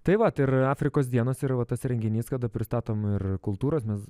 tai vat ir afrikos dienos yra va tas renginys kada pristatoma ir kultūros mes